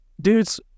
dudes